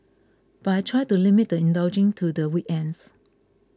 but I try to limit the indulging to the weekends